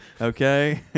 okay